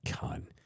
God